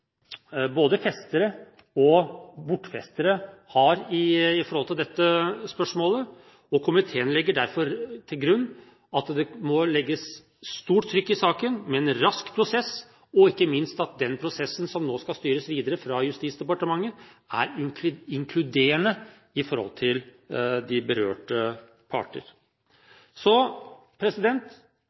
både festere og bortfestere, har i forhold til dette spørsmålet, og komiteen legger derfor til grunn at det må legges stort trykk i saken, med en rask prosess og ikke minst at den prosessen som nå skal styres videre fra Justisdepartementet, er inkluderende i forhold til de berørte parter.